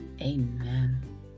Amen